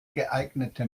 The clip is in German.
geeignete